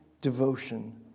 devotion